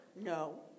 No